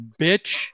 bitch